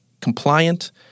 compliant